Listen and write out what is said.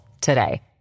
today